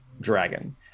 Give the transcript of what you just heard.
dragon